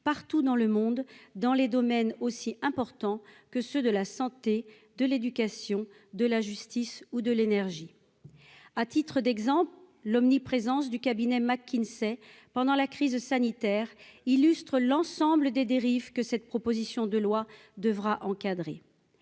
partout dans le monde, dans les domaines aussi importants que ceux de la santé, de l'éducation, de la justice ou de l'énergie, à titre d'exemple, l'omniprésence du cabinet McKinsey pendant la crise sanitaire illustre l'ensemble des dérives que cette proposition de loi devra encadrer,